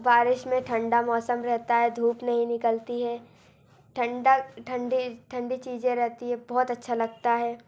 बारिश में ठण्डा मौसम रहता है धूप नहीं निकलती है ठण्डक ठंडी ठंडी चीज़ें रहती है बहुत अच्छा लकता है